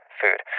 food